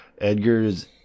Edgar's